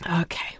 Okay